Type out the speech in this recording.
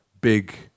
big